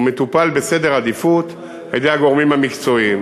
מטופל בעדיפות על-ידי הגורמים המקצועיים,